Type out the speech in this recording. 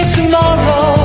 tomorrow